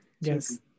Yes